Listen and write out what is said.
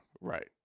Right